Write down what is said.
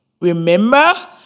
Remember